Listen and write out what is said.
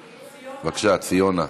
ציונה.